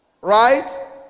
Right